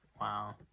wow